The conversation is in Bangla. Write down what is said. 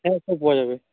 হ্যাঁ সব পাওয়া যাবে